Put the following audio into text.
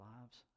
lives